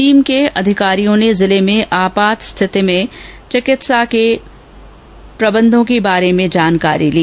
team के अधिकारियों ने जिले में आपात स्थिति में चिकित्सा के प्रबन्धों के बारे में जानकारी ली